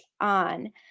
on